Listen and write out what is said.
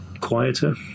quieter